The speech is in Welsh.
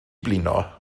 blino